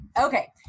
Okay